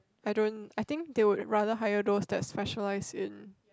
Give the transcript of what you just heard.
I don't I think they would rather hire those that's specialize in